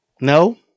No